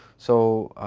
so